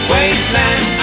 Wasteland